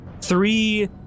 three